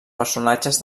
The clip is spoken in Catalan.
personatges